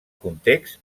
context